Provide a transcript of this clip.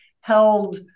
held